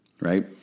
right